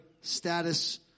status